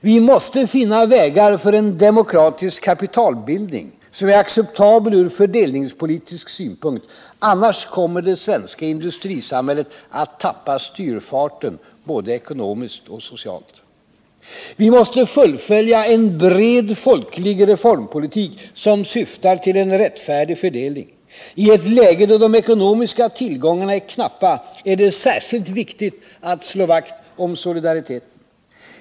Vi måste finna vägar för en demokratisk kapitalbildning som är acceptabel ur fördelningspolitisk synpunkt, annars kommer det svenska industrisamhället att tappa styrfarten både ekonomiskt och socialt. Vi måste fullfölja en bred folklig reformpolitik som syftar till en rättfärdig fördelning. I ett läge då de ekonomiska tillgångarna är knappa är det särskilt viktigt att slå vakt om solidariteten.